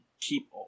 keep